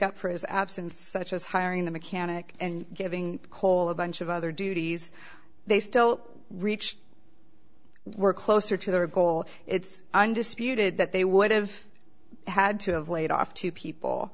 up for his absence such as hiring the mechanic and giving cole a bunch of other duties they still reach were closer to their goal it's undisputed that they would have had to have laid off two people